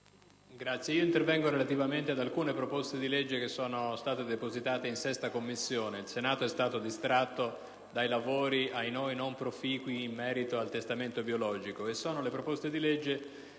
Presidente, intervengono relativamente ad alcune proposte di legge che sono state depositate in 6a Commissione. Il Senato è stata distratto dai lavori non proficui sul testamento biologico.